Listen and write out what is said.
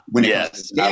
yes